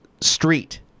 street